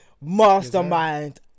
mastermind